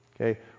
Okay